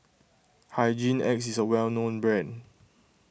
Hygin X is a well known brand